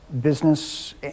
Business